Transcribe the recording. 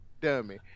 dummy